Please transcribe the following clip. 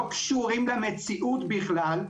לא קשורים למציאות בכלל,